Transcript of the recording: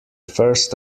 first